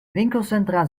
winkelcentra